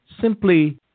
Simply